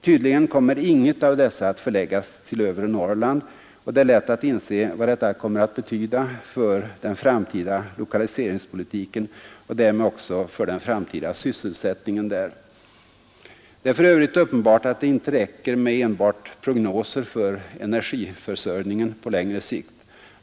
Tydligen kommer inget av dessa att förläggas till övre Norrland, och det är lätt att inse vad detta kommer att betyda för den framtida lokaliseringspolitiken och därmed också för den framtida sysselsättningen där. Det är för övrigt uppenbart att det inte räcker med endast prognoser för energiförsörjningen på längre sikt.